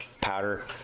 powder